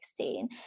2016